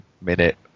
minute